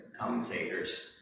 commentators